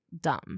dumb